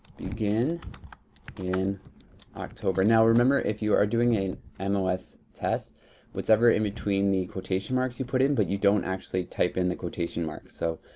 begin in october. now remember, if you are doing an and mos test whatever in between the quotation marks you put in, but you don't actually type in the quotation marks. so,